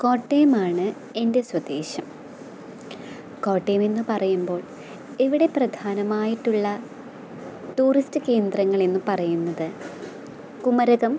കോട്ടയമാണ് എന്റെ സ്വദേശം കോട്ടയമെന്ന് പറയുമ്പോള് ഇവിടെ പ്രധാനമായിട്ടുള്ള ടൂറിസ്റ്റ് കേന്ദ്രങ്ങൾ എന്ന് പറയുന്നത് കുമരകം